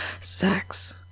sex